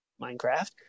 Minecraft